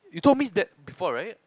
you told me that before right